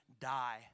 die